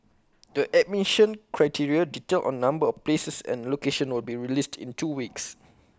the admission criteria details on number of places and locations will be released in two weeks